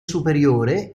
superiore